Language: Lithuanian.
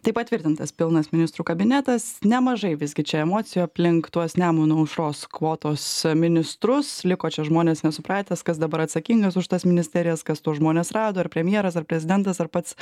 tai patvirtintas pilnas ministrų kabinetas nemažai visgi čia emocijų aplink tuos nemuno aušros kvotos ministrus liko čia žmonės nesupratę kas dabar atsakingas už tas ministerijas kas tuos žmones rado ar premjeras ar prezidentas ar pats